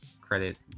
credit